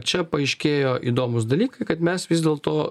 čia paaiškėjo įdomūs dalykai kad mes vis dėl to